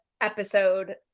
episode